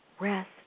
Rest